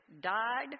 died